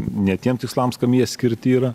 ne tiem tikslams kam jie skirti yra